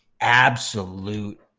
Absolute